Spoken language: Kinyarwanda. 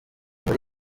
muri